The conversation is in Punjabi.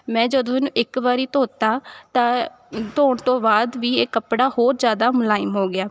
ਮੈਂ ਜਦੋਂ ਇਹਨੂੰ ਇੱਕ ਵਾਰੀ ਧੋਤਾ ਤਾਂ ਧੋਣ ਤੋਂ ਬਾਅਦ ਵੀ ਇਹ ਕੱਪੜਾ ਹੋਰ ਜ਼ਿਆਦਾ ਮੁਲਾਇਮ ਹੋ ਗਿਆ